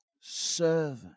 servant